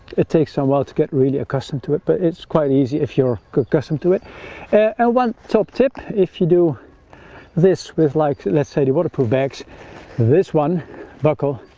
it takes a um while to get really accustomed to it but it's quite easy if you're accustomed to it and one top tip if you do this with like let's say the waterproof bags this one buckle